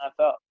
NFL